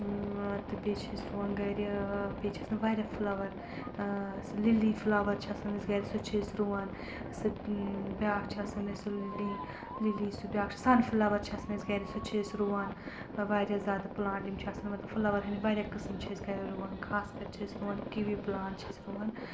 تہٕ بیٚیہِ چھِ أسۍ رُوَان گَرِ بیٚیہِ چھِ آسَان واریاہ فٕلاوَر سُہ لِلِی فٕلاوَر چھِ آسَان أسۍ گَرِ سُہ تہِ چھِ أسۍ رُوَان سُہ بِیٚاکھ چھِ آسَان أسۍ سُہ لی لی سُہ بیاکھ چھِ سَن فٕلاوَر چھِ آسَان أسۍ گَرِ سُہ تہِ چھِ أسۍ رُوَان واریاہ زیادٕ پٕلانٛٹ یِم چھِ آسَان مطلب فٕلور ہٕنٛدۍ واریاہ قٕسم چھِ أسۍ گَرِ رُوَان خاص کَر چھِ أسۍ رُوَان کِوِی پٕلانٛٹ چھِ أسۍ رُوَان